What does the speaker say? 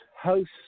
hosts